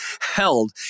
held